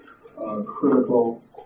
critical